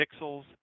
pixels